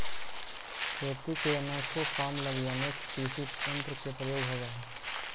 खेती के अनेको काम लगी अनेक कृषियंत्र के प्रयोग होवऽ हई